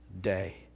day